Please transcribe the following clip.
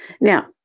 Now